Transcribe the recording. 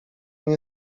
nie